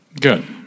Good